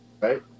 Right